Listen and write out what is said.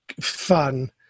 fun